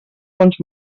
fons